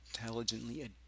intelligently